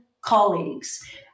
colleagues